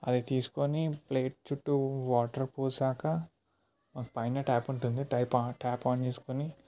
అది తీసుకోని ప్లేట్ చుట్టు వాటర్ పోసాక పైన ట్యాప్ ఉంటుంది టైప్ ఆ ట్యాప్ ఆన్ చేసుకోని